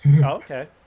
Okay